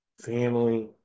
family